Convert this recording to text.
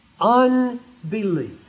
unbelief